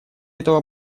этого